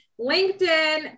LinkedIn